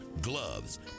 gloves